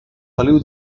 feliu